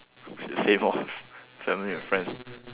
same lor family and friends